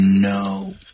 no